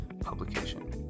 publication